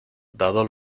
dado